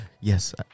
Yes